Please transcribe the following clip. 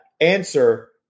answer